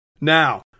Now